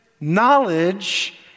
knowledge